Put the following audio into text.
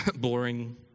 boring